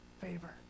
favor